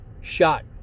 shot